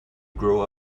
grow